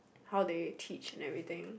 how they teach and everything